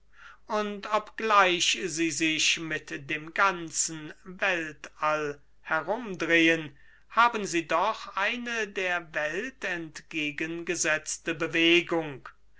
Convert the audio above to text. und obgleich sie sich mit dem ganzen weltall herumdrehen haben sie doch eine der welt entgegengesetzte bewegung